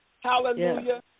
Hallelujah